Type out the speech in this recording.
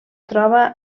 troba